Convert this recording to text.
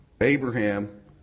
Abraham